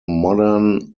modern